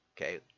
okay